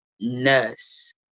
nurse